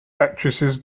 actresses